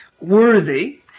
worthy